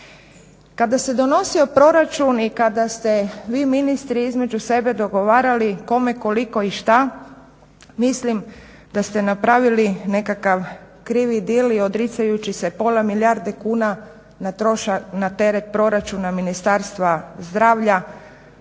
Kada se donosio proračun i kada ste vi ministri između sebe dogovarali kome, koliko i šta mislim da ste napravili nekakav krivi deal i odricajući se pola milijarde kuna na teret proračuna Ministarstva zdravlja